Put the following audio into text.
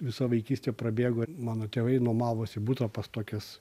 visa vaikystė prabėgo mano tėvai nuomavosi butą pas tokias